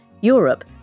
Europe